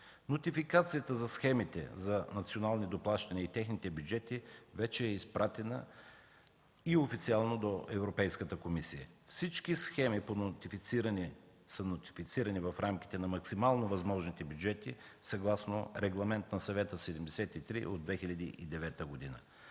Нотификацията за схемите за национални доплащания и техните бюджети вече е изпратена официално до Европейската комисия. Всички схеми са нотифицирани в рамките на максимално възможните бюджети съгласно Регламент на Съвета 73 от 2009 г.